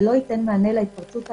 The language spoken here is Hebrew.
זה לא ייתן מענה להתפרצות הבאה,